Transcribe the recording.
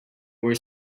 were